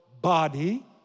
body